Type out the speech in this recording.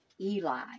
Eli